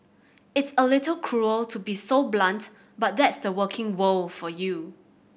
it's a little cruel to be so blunt but that's the working world for you